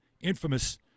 infamous